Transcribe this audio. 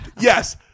Yes